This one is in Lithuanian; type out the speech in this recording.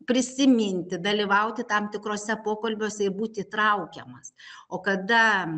prisiminti dalyvauti tam tikruose pokalbiuose būt įtraukiamas o kada